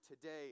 today